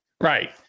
Right